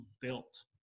built